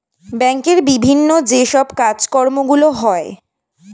ব্যাংকের বিভিন্ন যে সব কাজকর্মগুলো হয়